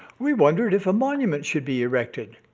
we wondered if a monument should be erected.